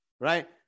right